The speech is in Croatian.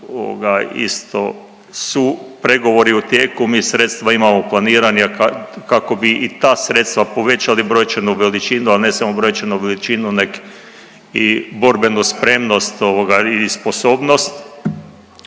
isto su pregovori u tijeku, mi sredstva imamo planirana kako bi i ta sredstva povećali brojčanu veličinu al ne samo brojčanu veličinu nego i borbenu spremnost ovoga i sposobnost.